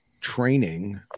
training